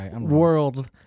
world